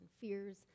fears